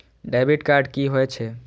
Debit card की होय छेय?